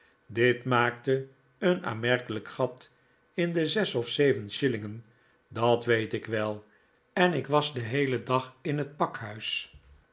dit maakte een aanmerkelijk gat in de zes of zeven shillingen dat weet ik wel en ik was den heelen dag in het pakhuis